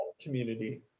community